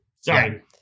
sorry